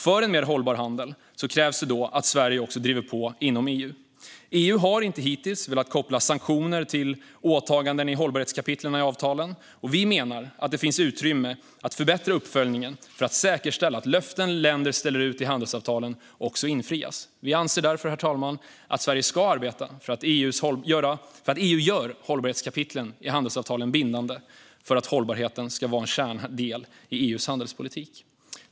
För en mer hållbar handel krävs att Sverige också driver på inom EU. EU har hittills inte velat koppla sanktioner till åtaganden i hållbarhetskapitlen i avtalen. Vi menar att det finns utrymme att förbättra uppföljningen för att säkerställa att löften som länder ställer ut i handelsavtalen också infrias. Vi anser därför att Sverige ska arbeta för att EU ska göra hållbarhetskapitlen i handelsavtalen bindande, för att hållbarhet måste vara en viktig del av EU:s handelspolitik.